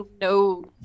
no